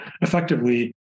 effectively